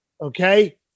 okay